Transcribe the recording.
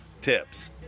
Tips